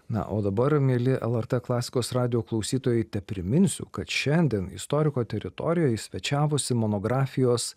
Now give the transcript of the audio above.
na o dabar mieli lrt klasikos radijo klausytojai tepriminsiu kad šiandien istoriko teritorijoj svečiavosi monografijos